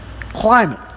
climate